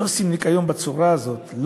לא עושים ניקיון בצורה הזאת.